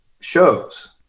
shows